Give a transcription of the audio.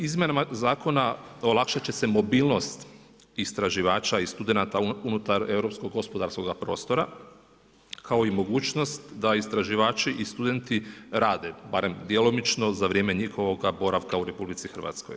Izmjenama zakona olakšat će mobilnost istraživača i studenata unutar europskog gospodarskog prostora kao i mogućnost da istraživači i studenti rade, barem djelomično za vrijeme njihovoga boravka u RH.